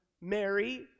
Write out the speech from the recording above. Mary